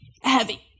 heavy